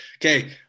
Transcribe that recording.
okay